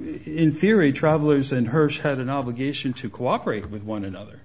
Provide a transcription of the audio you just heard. in theory travelers and hers had an obligation to cooperate with one another